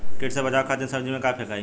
कीट से बचावे खातिन सब्जी में का फेकाई?